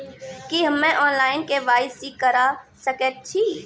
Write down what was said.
की हम्मे online, KYC करा सकैत छी?